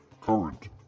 current